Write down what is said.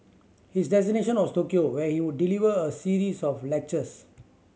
his destination was Tokyo where he would deliver a series of lectures